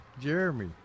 Jeremy